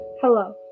Hello